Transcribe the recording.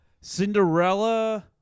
Cinderella